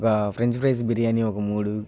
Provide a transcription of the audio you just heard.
French fries biryani ఒక మూడు